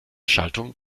schaltung